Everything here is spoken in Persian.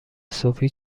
صبحی